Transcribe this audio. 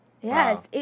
Yes